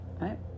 right